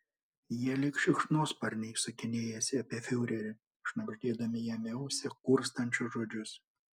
jie lyg šikšnosparniai sukinėjasi apie fiurerį šnabždėdami jam į ausį kurstančius žodžius